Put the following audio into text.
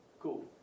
Cool